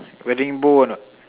wedding bow or not